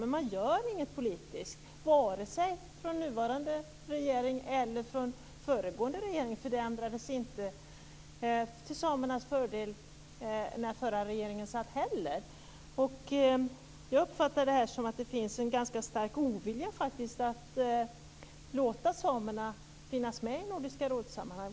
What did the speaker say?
Men man gör inget politiskt - vare sig från nuvarande regering eller från föregående regering. Det ändrades ju inte till samernas fördel när den förra regeringen satt heller. Jag uppfattar det här som att det faktiskt finns en ganska stark ovilja mot att låta samerna finnas med i Nordiska rådssammanhang.